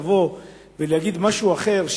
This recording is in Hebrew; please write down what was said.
לבוא ולהגיד משהו אחר,